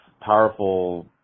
powerful